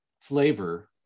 flavor